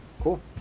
Cool